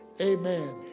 amen